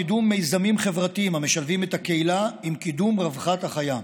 קידום מיזמים חברתיים המשלבים את הקהילה ואת קידום רווחת החיה,